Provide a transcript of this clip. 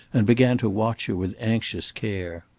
and began to watch her with anxious care.